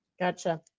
Gotcha